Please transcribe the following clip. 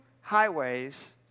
highways